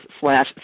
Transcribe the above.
slash